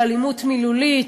על אלימות מילולית,